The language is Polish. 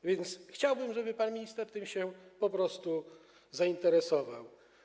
A więc chciałbym, żeby pan minister tym się po prostu zainteresował.